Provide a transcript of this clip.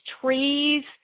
trees